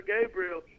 Gabriel